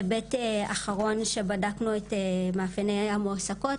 היבט אחרון הוא שבדקנו את מאפייני המועסקות